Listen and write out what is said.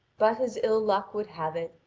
but as ill luck would have it,